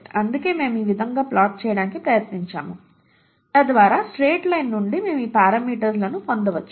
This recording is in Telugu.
అందుకే మేము ఈ విధంగా ప్లాట్ చేయడానికి ప్రయత్నించాము తద్వారా స్ట్రెయిట్ లైన్ నుండి మేము ఈ పారామీటర్స్ లను పొందవచ్చు